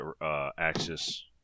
Axis